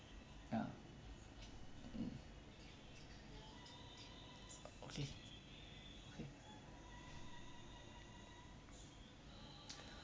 ya mm okay okay